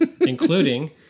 including